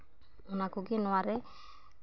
ᱚᱱᱟ ᱠᱚᱜᱮ ᱱᱚᱣᱟ ᱨᱮ